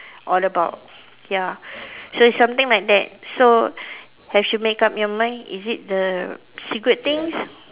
all about ya so it's something like that so have you make up your mind is it the cigarette things